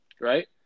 right